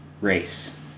race